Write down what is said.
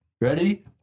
Ready